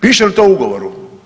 Piše li to u ugovoru?